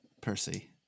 Percy